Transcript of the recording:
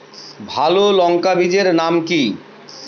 ভালো লঙ্কা বীজের নাম কি?